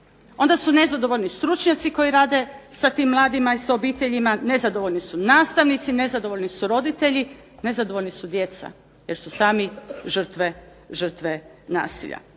Onda su nezadovoljni stručnjaci koji rade sa tim mladima i sa obiteljima, nezadovoljni su nastavnici, nezadovoljni su roditelji, nezadovoljna su djeca jer su sami žrtve nasilja.